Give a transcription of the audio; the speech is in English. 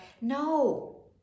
No